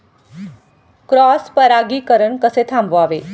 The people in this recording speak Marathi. क्रॉस परागीकरण कसे थांबवावे?